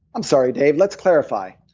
i'm sorry dave, let's clarify.